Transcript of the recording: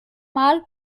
mal